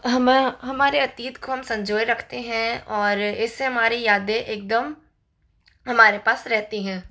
हमा हमारे अतीत को हम सँजोये रखते हैं और इससे हमारी यादें एकदम हमारे पास रहती हैं